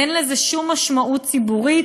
אין לזה שום משמעות ציבורית.